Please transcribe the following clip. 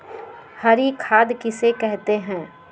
हरी खाद किसे कहते हैं?